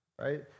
right